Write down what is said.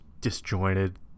disjointed